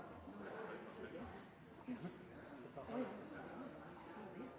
er jeg opptatt av